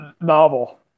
novel